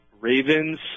Ravens